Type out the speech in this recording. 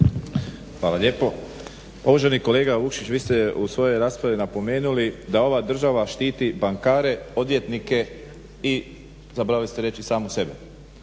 Hvala lijepo. Pa uvaženi kolega Vukšić, vi ste u svojoj raspravi napomenuli da ova država štiti bankare, odvjetnike i zaboravili ste reći samu sebe.